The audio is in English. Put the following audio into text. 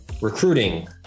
recruiting